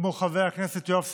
כמו חבר הכנסת יואב סגלוביץ',